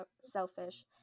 selfish